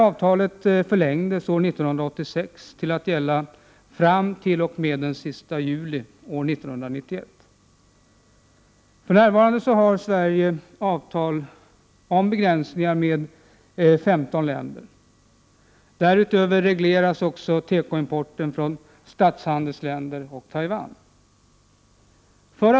Avtalet förlängdes år 1986 till att gälla fram t.o.m. den 31 juli 1991. För närvarande har Sverige avtal om begränsningar med 15 länder. Därutöver regleras tekoimport från statshandelsländer och Taiwan.